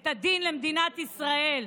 את הדין למדינת ישראל.